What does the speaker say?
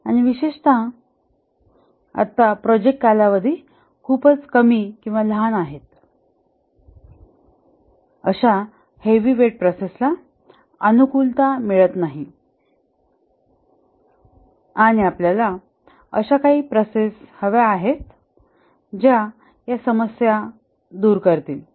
आणि विशेषतः आता प्रोजेक्ट कालावधी खूपच कमीलहान आहेत अशा हेवी वेट प्रोसेसला अनुकूलता मिळत नाही आणि आपल्याला अशा काही प्रोसेस हव्या आहेत ज्या या समस्या दूर करतील